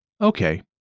Okay